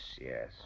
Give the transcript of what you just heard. yes